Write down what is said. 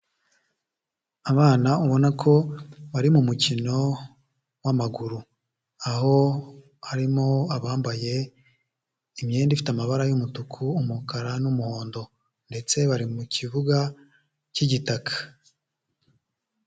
Abana ubona ko bari mu mukino wa maguru aho harimo abambaye imyenda ifite amabara y'umutuku, umukara n'umuhondo ndetse bari mu kibuga cy'igitaka.